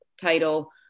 title